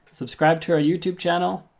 subscribe to our youtube channel,